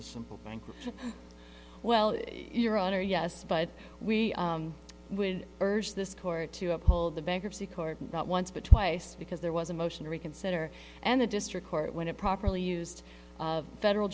a simple banker well your honor yes but we would urge this court to uphold the bankruptcy court not once but twice because there was a motion to reconsider and the district court when it properly used federal